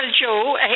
Joe